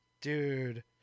dude